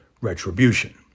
retribution